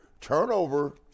turnover